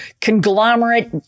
conglomerate